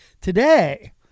Today